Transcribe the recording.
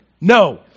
No